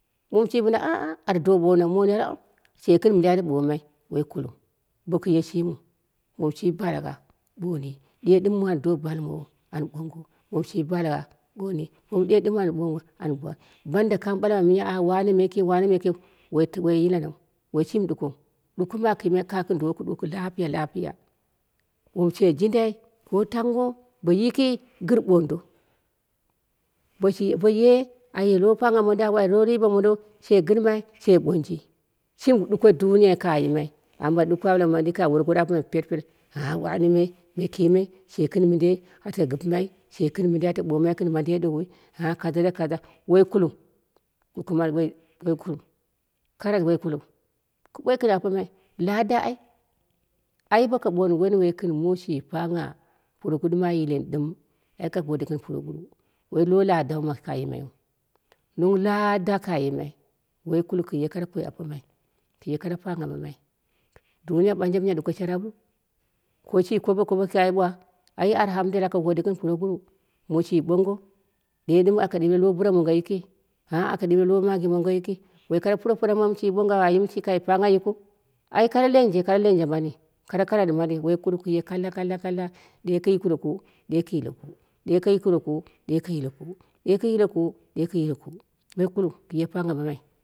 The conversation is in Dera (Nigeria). Muum shi ɓina aa ata do ɓono mone au she gɨn mindei ata do bomai, woi kuliu boku ye shimin, woni shi balagha ɓoni, ɗe dɨn muu an do balimowo an ɓongo, wom shi balagha ɓoni, wom ɗe an ɓongo an ba, banda kang ɓala ma miya wane me keu wane me keu woi woi yinorau woishimi ɗukon ɗuko mɨ aku yimai ka gɨn duwowo ku ɗuwoku lapiya lapiya, wom she jindai ko tangho bo yiki gɨn ɓondo boshi boye lo pagha mondo a wai lo riba mondo, she gɨrmai she ɓonji, shimi ɗuko duniya ka yimai, amma ɗuko ba manɗi ka wore goro aromai pet pet ngu wane me me kimi she gɨn mɨndei ata gɨpɨmai she gɨn mɨndei ata ɓomai gɨn mandei dowu ah kaya da kaja woi kuliu goko mani woi woi kuliu karap woi kuliu, ku ɓoi gɨn apomai lada ai, ai boko ɓoni wunduwoi gɨn muu shi pangha puroguruwu ɗim a yileni ɗɨm ai ka gode gɨn puroguruwu, woi ladau ma ka yimai nong lada kayimai woi kuliu kuye kara koi apomai, kuye kara pangha mamai, duniya ɓanje miya ɗuko sharapru ko shi kobo kobo kai ɓwa, ai arhamdwlayi ka gode gɨn puroguruwu, muu shi ɓongo, ɗe ɗɨm aka ɗire kara buro mongo yiki aa aka ɗire kara magi mongo yiki woi kara puropuroma shi ɓonga ayim shi kai pagha yikɨu, ai kare lenje, kara lenje mani kara kanaɗi mani kara kanaɗi mani, woi kuliu, kuye kalla, kalla, kalla, ɗe ku yukuroku ɗe ku yiloku, ɗe ku yukuroku ɗe ku yileku ɗe ku yokuroku ɗe ku yileku woi kuhu kuye pagha mamai.